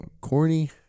corny